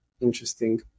interesting